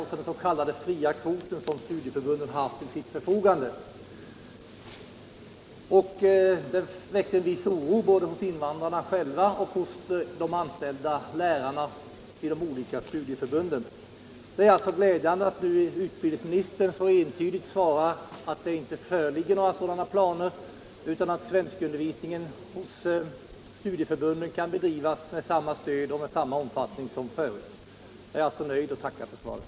Det gällde den s.k. fria kvoten som studieförbunden haft till sitt förfogande. Detta väckte en viss oro både hos invandrarna och hos de anställda lärarna vid de olika studieförbunden. Det är därför glädjande att utbildningsministern så entydigt förklarar att det inte föreligger några sådana planer utan att svenskun dervisningen hos studieförbunden kan bedrivas med samma stöd och Nr 24 i samma omfattning som förut. : Torsdagen den Jag är nöjd och tackar för svaret.